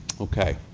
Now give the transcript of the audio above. Okay